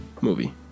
movie